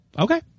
Okay